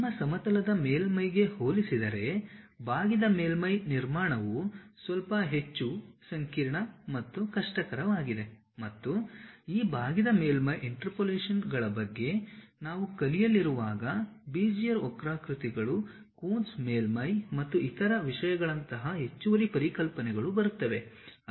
ನಿಮ್ಮ ಸಮತಲದ ಮೇಲ್ಮೈಗೆ ಹೋಲಿಸಿದರೆ ಬಾಗಿದ ಮೇಲ್ಮೈ ನಿರ್ಮಾಣವು ಸ್ವಲ್ಪ ಹೆಚ್ಚು ಸಂಕೀರ್ಣ ಮತ್ತು ಕಷ್ಟಕರವಾಗಿದೆ ಮತ್ತು ಈ ಬಾಗಿದ ಮೇಲ್ಮೈ ಇಂಟರ್ಪೋಲೇಶನ್ಗಳ ಬಗ್ಗೆ ನಾವು ಕಲಿಯಲಿರುವಾಗ ಬೆಜಿಯರ್ ವಕ್ರಾಕೃತಿಗಳು ಕೂನ್ಸ್ ಮೇಲ್ಮೈ ಮತ್ತು ಇತರ ವಿಷಯಗಳಂತಹ ಹೆಚ್ಚುವರಿ ಪರಿಕಲ್ಪನೆಗಳು ಬರುತ್ತವೆ